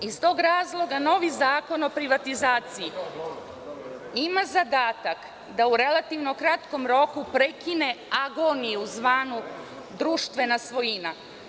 Iz tog razloga novi zakon o privatizaciji ima zadatak da u relativno kratkom roku prekine agoniju tzv. društvena svojina.